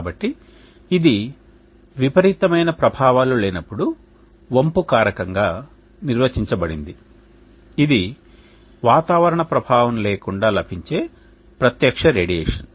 కాబట్టి ఇది విపరీతమైన ప్రభావాలు లేనప్పుడు వంపు కారకంగా నిర్వచించబడింది ఇది వాతావరణ ప్రభావం లేకుండా లభించే ప్రత్యక్ష రేడియేషన్